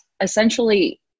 essentially